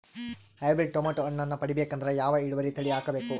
Hybrid tomato ಹಣ್ಣನ್ನ ಪಡಿಬೇಕಂದರ ಯಾವ ಇಳುವರಿ ತಳಿ ಹಾಕಬೇಕು?